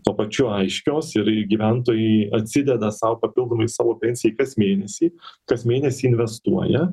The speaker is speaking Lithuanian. tuo pačiu aiškios ir gyventojai atsideda sau papildomai savo pensijai kas mėnesį kas mėnesį investuoja